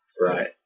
Right